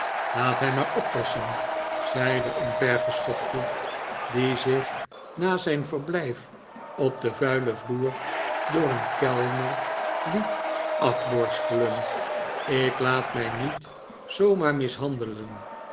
laat hij maar oppassen zei de omvergeschopte die zich na zijn verblijf op den vuilen vloer door een kellner liet afborstelen ik laat mij niet zoo maar mishandelen